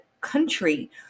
country